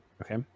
Okay